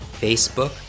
Facebook